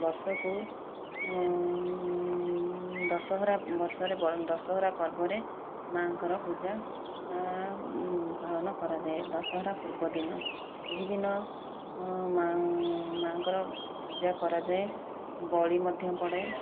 ବର୍ଷକୁ ଦଶହରା ବର୍ଷରେ ଦଶହରା ପର୍ବରେ ମାଙ୍କର ପୂଜା ପାଳନ କରାଯାଏ ଦଶହରା ପୂର୍ବଦିନ ଏହିଦିନ ମା'ଙ୍କର ପୂଜା କରାଯାଏ ବଳି ମଧ୍ୟ ପଡେ